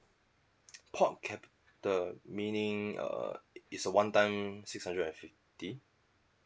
per cap the meaning uh it's a one time six hundred and fifty